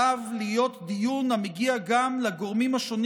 עליו להיות דיון המגיע גם לגורמים השונים